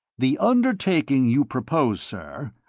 the undertaking you propose, sir,